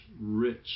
rich